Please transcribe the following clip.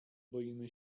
boimy